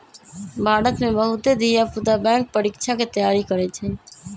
भारत में बहुते धिया पुता बैंक परीकछा के तैयारी करइ छइ